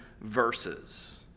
verses